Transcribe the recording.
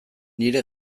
nire